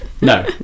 No